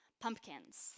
pumpkins